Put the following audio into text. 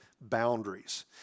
boundaries